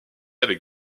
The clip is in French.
avec